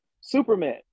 Superman